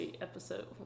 episode